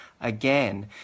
again